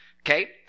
okay